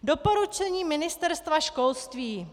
Doporučení Ministerstva školství.